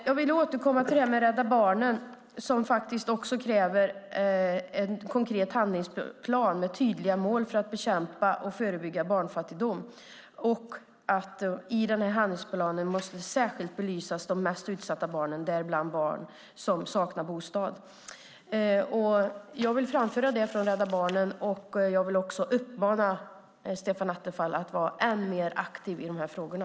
Jag vill återkomma till Rädda Barnen, som kräver en konkret handlingsplan med tydliga mål för att bekämpa och förebygga barnfattigdom: I den här handlingsplanen måste särskilt belysas de mest utsatta barnen, däribland barn som saknar bostad. Jag vill framföra det från Rädda Barnen. Jag vill också uppmana Stefan Attefall att vara än mer aktiv i de här frågorna.